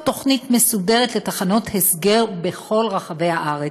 תוכנית מסודרת לתחנות הסגר בכל רחבי הארץ,